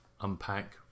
unpack